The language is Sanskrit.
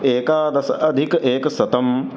एकादश अधिक एकशतम्